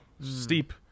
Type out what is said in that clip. steep